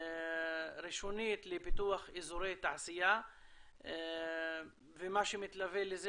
ראשונית לפיתוח אזורי תעשייה ומה שמתלווה לזה,